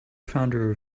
founder